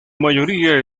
mayoría